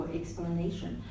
explanation